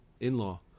in-law